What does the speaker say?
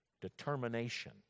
determination